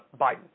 Biden